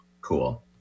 Cool